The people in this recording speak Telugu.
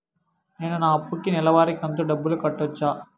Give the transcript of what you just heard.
నేను నా అప్పుకి నెలవారి కంతు డబ్బులు కట్టొచ్చా?